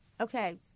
Okay